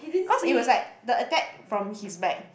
cause it was like the attack from his back